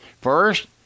First